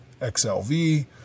XLV